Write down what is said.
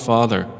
Father